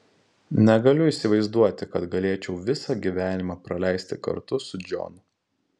negaliu įsivaizduoti kad galėčiau visą gyvenimą praleisti kartu su džonu